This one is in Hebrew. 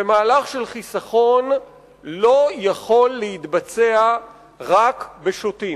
ומהלך של חיסכון לא יכול להתבצע רק בשוטים,